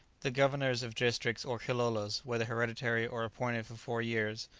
the governors of districts, or kilolos, whether hereditary or appointed for four years,